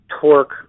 torque